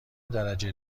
درجه